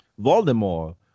Voldemort